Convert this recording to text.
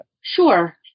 Sure